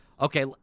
okay